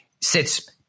sits